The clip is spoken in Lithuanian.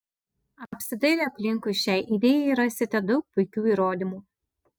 apsidairę aplinkui šiai idėjai rasite daug puikių įrodymų